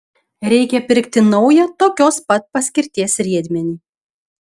reikia pirkti naują tokios pat paskirties riedmenį